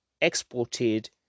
exported